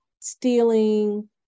stealing